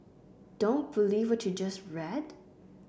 don't believe what you just read